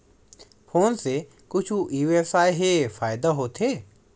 Phone से कुछु ई व्यवसाय हे फ़ायदा होथे?